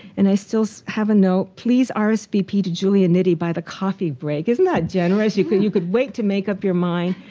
and i still have a note. please ah rsvp to julia nidhi by the coffee break. isn't that generous? you could you could wait to make up your mind